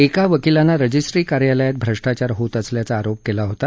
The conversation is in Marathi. एका वकीलांना रजिस्ट्री कार्यालयात भ्रष्टाचार होत असल्याचा आरोप केला होता